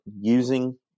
using